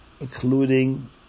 Including